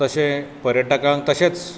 तशें पर्यटकांक तशेंच